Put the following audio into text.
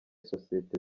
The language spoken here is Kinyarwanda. sosiyete